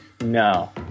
No